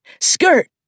Skirt